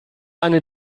eine